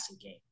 game